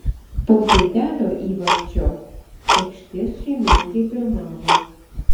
po zaidelio įvarčio aikštės šeimininkai pirmavo